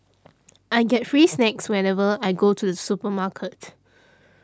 I get free snacks whenever I go to the supermarket